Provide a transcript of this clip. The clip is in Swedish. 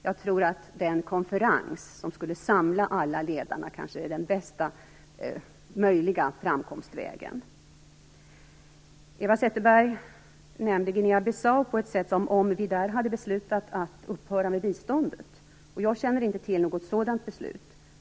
Jag tror att en konferens som skulle samla alla ledarna kanske vore den bästa möjliga framkomstvägen. Eva Zetterberg nämnde Guinea-Bissau på ett sätt som om det hade beslutats att upphöra med biståndet dit. Jag känner inte till något sådant beslut.